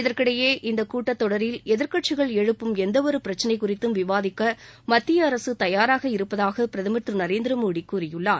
இதற்கிடையே இந்த கூட்டத்தொடரில் எதிர்க்கட்சிகள் எழுப்பும் எந்தவொரு பிரச்சினை குறித்தும் விவாதிக்க மத்தியஅரசு தயாராக இருப்பதாக பிரதமர் திரு நரேந்திரமோடி கூறியுள்ளார்